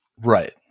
Right